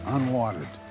Unwanted